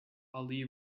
ali